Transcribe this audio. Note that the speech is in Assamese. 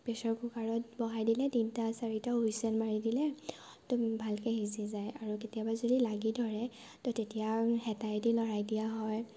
প্ৰেচাৰ কুকাৰত বঢ়াই দিলে তাত তিনটা চাৰিটা হুইচেল মাৰি দিলে একদম ভালকৈ সিজি যায় আৰু কেতিয়াবা যদি লাগি ধৰে তহ তেতিয়া হেতাইদি লৰাই দিয়া হয়